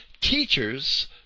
teachers